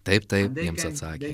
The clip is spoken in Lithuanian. taip taip jiems atsakė